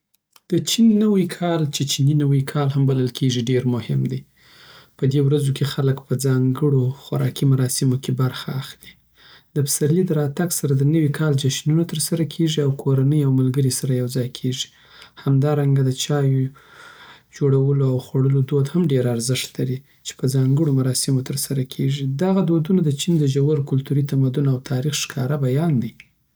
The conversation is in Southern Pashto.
د چین نوي کال، چې چینی نوی کال هم بلل کېږي، ډېر مهم دی. په دې ورځو کې خلک په ځانګړو خوراکي مراسمو کې برخه اخلي. د پسرلی د راتګ سره د نوی کال جشنونه ترسره کېږي او کورنۍ او ملګري سره یو ځای کېږي. همدارنګه، د چای جوړولو او خوړلو دود هم ډېره ارزښت لري، چې په ځانګړو مراسمو کې ترسره کېږي. دغه دودونه د چین د ژور کلتوري تمدن او تاریخ ښکاره بیان دي.